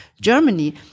Germany